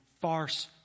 farce